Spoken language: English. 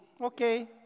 okay